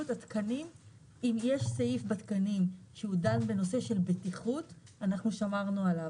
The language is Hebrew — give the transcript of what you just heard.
אם יש סעיף בתקנים שדן בנושא של בטיחות - אנחנו שמרנו עליו.